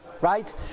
Right